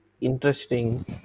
interesting